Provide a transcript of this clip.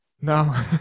no